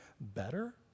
better